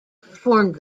performed